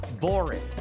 boring